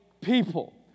people